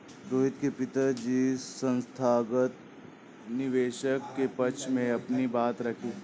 रोहित के पिताजी संस्थागत निवेशक के पक्ष में अपनी बात रखी